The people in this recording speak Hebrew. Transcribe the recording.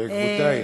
בעקבותייך.